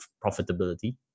profitability